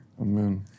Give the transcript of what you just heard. Amen